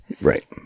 Right